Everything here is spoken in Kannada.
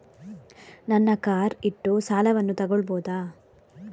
ನನ್ನ ಕಾರ್ ಇಟ್ಟು ಸಾಲವನ್ನು ತಗೋಳ್ಬಹುದಾ?